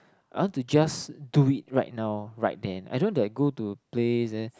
I want to just do it right now right then I don't want that I go to a place there